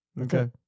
Okay